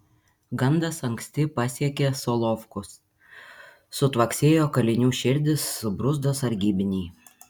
gandas anksti pasiekė solovkus sutvaksėjo kalinių širdys subruzdo sargybiniai